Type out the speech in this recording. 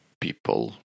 people